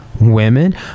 women